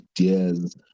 ideas